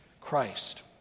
Christ